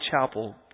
Chapel